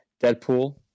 deadpool